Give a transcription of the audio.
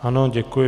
Ano, děkuji.